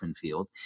field